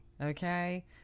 okay